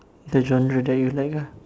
the genre that you like lah